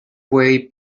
way